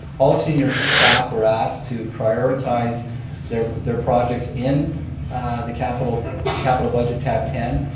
all senior staff were asked to prioritize their their projects in the capital capital budget tab ten,